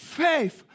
faith